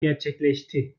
gerçekleşti